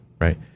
right